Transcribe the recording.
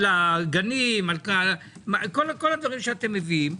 על הגנים, כל מה שאתם מביאים.